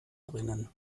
drinnen